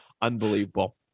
unbelievable